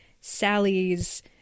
Sally's